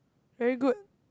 very good